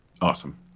Awesome